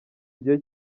gihe